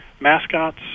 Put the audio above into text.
mascots